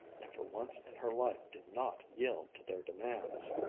and for once in her life did not yield to their demands.